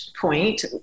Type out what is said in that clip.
point